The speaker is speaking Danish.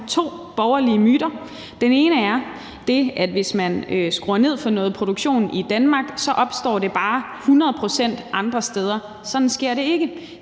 to borgerlige myter. Den ene er, at hvis man skruer ned for noget produktion i Danmark, opstår den bare 100 pct. andre steder. Sådan sker det ikke.